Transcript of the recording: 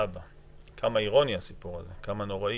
כמה אירוני הסיפור הזה, כמה נוראי.